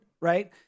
right